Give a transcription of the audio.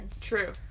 true